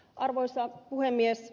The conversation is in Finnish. arvoisa puhemies